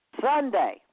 Sunday